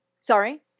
Sorry